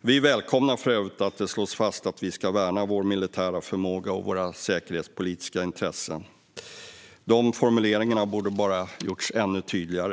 Vi välkomnar för övrigt att det slås fast att vi ska värna vår militära förmåga och våra säkerhetspolitiska intressen. De formuleringarna borde bara ha gjorts ännu tydligare.